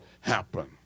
happen